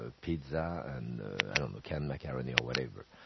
ah pizza and i don't know, canned macaroni or whatever